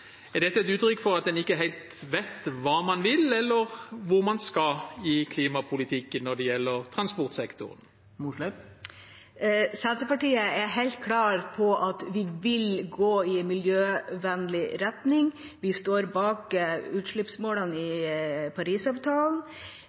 Er dette et uttrykk for at man ikke helt vet hva man vil, eller hvor man skal i klimapolitikken når det gjelder transportsektoren? Senterpartiet er helt klar på at vi vil gå i en miljøvennlig retning. Vi står bak utslippsmålene i Parisavtalen.